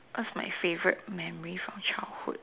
what my favourite memory from childhood